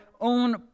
own